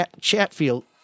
Chatfield